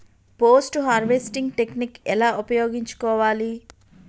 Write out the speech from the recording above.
Post harvesting technique ఎలా ఉపయోగించుకోవాలి?